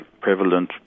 prevalent